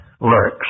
lurks